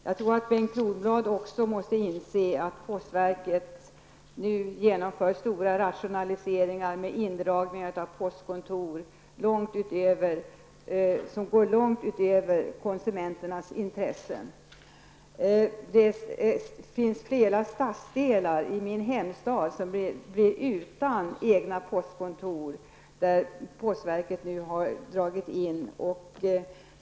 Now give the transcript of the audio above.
Jag tror att Bengt Kronblad också måste inse att postverket nu genomför stora rationaliseringar med indragningar av postkontor långt utöver vad som ligger i konsumenternas intresse. I min hemstad finns det flera stadsdelar som blir utan egna postkontor när postverket nu har gjort indragningar.